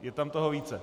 Je tam toho více.